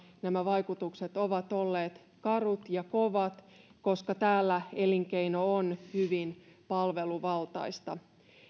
nämä vaikutukset ovat olleet karut ja kovat koska täällä elinkeino on hyvin palveluvaltaista